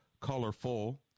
Colorful